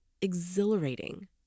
exhilarating